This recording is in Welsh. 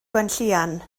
gwenllian